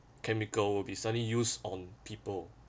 chemical will be suddenly used on people